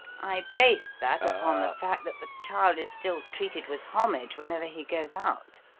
i base that upon the fact that the child is still treated with homage whenever he goes out,